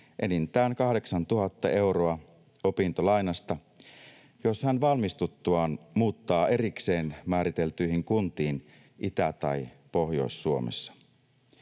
enintään 8 000 euroa opintolainasta, jos hän valmistuttuaan muuttaa erikseen määriteltyihin kuntiin Itä- tai Pohjois-Suomessa.